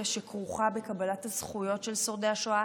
שכרוכה בקבלת הזכויות של שורדי השואה.